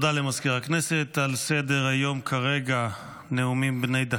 הצעת חוק הביטוח הלאומי (תיקון,